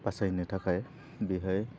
बासायनो थाखाय बेहाय